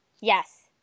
Yes